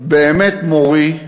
באמת מורי,